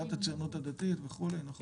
סיעת הציונות הדתית, נכון?